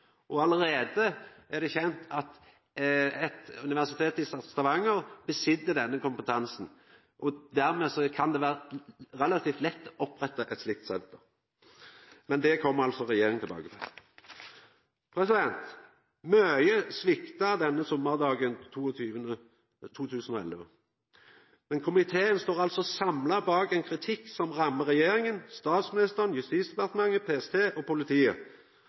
er allereie kjent at Universitetet i Stavanger sit på denne kompetansen, dermed kan det vera relativt lett å oppretta eit slikt senter, men det kjem regjeringa tilbake til. Mykje svikta denne sommardagen 2011. Komiteen står samla bak ein kritikk som rammar regjeringa, statsministeren, Justisdepartementet, PST og politiet.